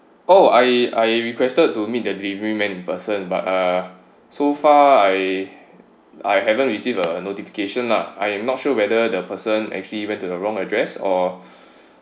oh I I requested to meet the delivery man in person but uh so far I I haven't receive a notification lah I am not sure whether the person actually went to the wrong address or